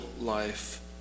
life